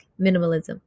minimalism